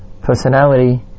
personality